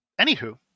anywho